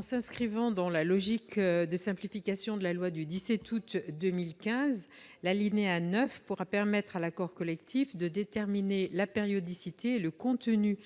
S'inscrivant dans la logique de simplification de la loi du 17 août 2015, l'alinéa 9 pourra permettre à l'accord collectif de déterminer la périodicité et le contenu